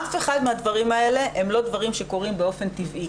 אף אחד מהדברים האלה הם לא דברים שקורים באופן טבעי.